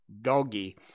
doggy